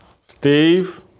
Steve